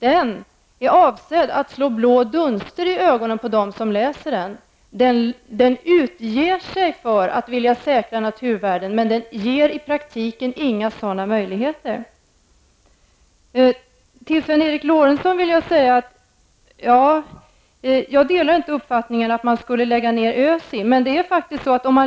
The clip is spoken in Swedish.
Den är avsedd att slå blå dunster i ögonen på dem som läser den. Den utger sig för att vilja säkra naturvärden, men den ger i praktiken inga sådana möjligheter. Till Sven Eric Lorentzon vill jag säga att jag inte delar uppfattningen att man skall lägga ned ÖSI.